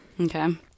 Okay